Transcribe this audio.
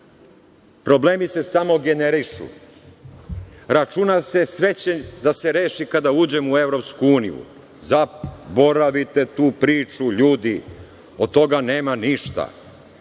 Problemi se samo generišu. Računa se sve će da se reši kada uđemo u Evropsku uniju. Zaboravite tu priču, ljudi, od toga nema ništa.